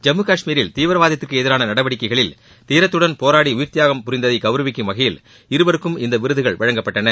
ஜம்மு காஷ்மீரில் தீவிரவாதத்திற்கு எதிரான நடவடிக்கைகளில் தீரத்துடன் போராடி உயிர்த்தியாகம் புரிந்ததை கௌரவிக்கும் வகையில் இருவருக்கும் இந்த விருதுகள் வழங்கப்பட்டன